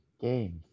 games